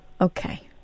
Okay